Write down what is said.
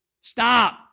Stop